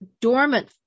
dormant